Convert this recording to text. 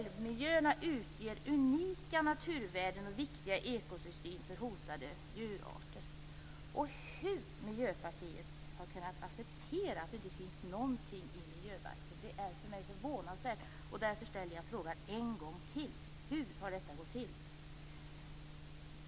Älvmiljöerna utgör unika naturvärden och viktiga ekosystem för hotade djurarter. Hur Miljöpartiet har kunnat acceptera att det inte finns någonting om detta i miljöbalken är för mig förvånansvärt. Därför ställer jag frågan en gång till: Hur har detta gått till?